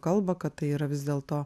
kalbą kad tai yra vis dėlto